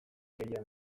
gehien